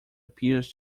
appears